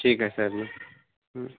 ठीक आहे सर मग